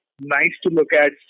nice-to-look-at